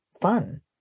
fun